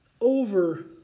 over